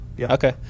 okay